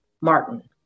Martin